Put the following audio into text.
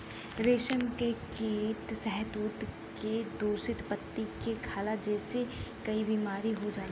रेशम के कीड़ा शहतूत के दूषित पत्ती के खाला जेसे कई बीमारी हो जाला